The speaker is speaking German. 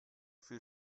viel